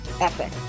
epic